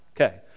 Okay